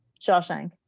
Shawshank